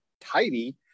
tidy